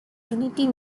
trinity